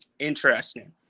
Interesting